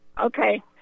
Okay